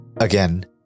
Again